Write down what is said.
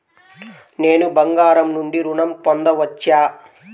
నేను బంగారం నుండి ఋణం పొందవచ్చా?